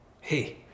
Hey